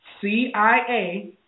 CIA